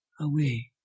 away